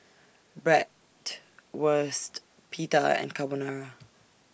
Bratwurst Pita and Carbonara